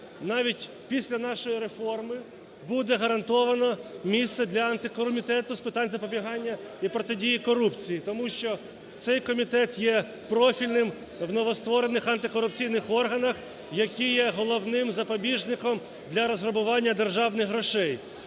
навіть після нашої реформи буде гарантовано місце для Комітету з питань запобігань і протидії корупції. Тому що цей комітет є профільним в новостворених антикорупційних органах, які є головним запобіжником для розграбування державних грошей.